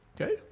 Okay